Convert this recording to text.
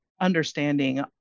understanding